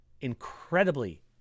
incredibly